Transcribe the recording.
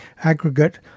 aggregate